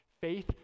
Faith